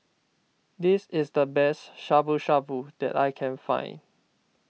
this is the best Shabu Shabu that I can find